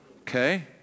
okay